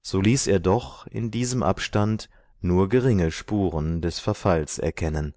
so ließ er doch in diesem abstand nur geringe spuren des verfalls erkennen